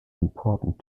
important